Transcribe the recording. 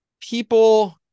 people